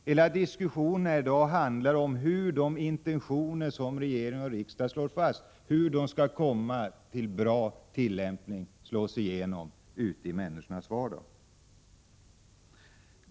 Hela diskussionen i dag handlar om hur de intentioner som regering och riksdag slår fast skall slå igenom i människornas vardag.